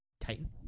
titan